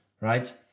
Right